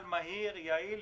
זה פעל באופן מהיר ויעיל.